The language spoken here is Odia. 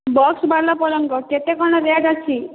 ବକ୍ସ୍ଵାଲା ପଲଙ୍କ କେତେ କ'ଣ ରେଟ୍ ଅଛି